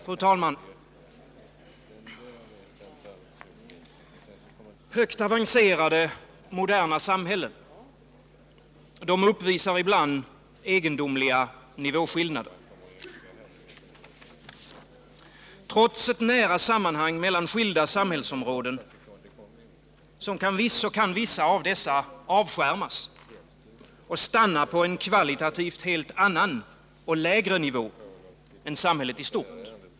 Fru talman! Högt avancerade, moderna samhällen uppvisar ibland egendomliga nivåskillnader. Trots nära sammanhang mellan skilda samhällsområden kan vissa av dem avskärmas och stanna på en kvalitativt helt annan och lägre nivå än samhället i stort.